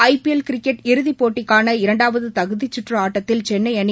ஐ P L cricket இறுதிப் போட்டிக்கான இரண்டாவது தகுதிச் கற்று ஆட்டத்தில் சென்ளை அணி